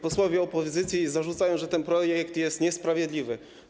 Posłowie opozycji zarzucają, że ten projekt jest niesprawiedliwy.